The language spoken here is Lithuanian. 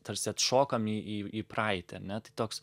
tarsi atšokam į į į praeitį ane tai toks